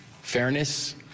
fairness